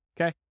Okay